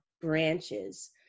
branches